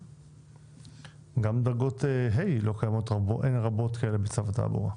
גם דרגות ה' לא קיימות הרבה בתעבורה.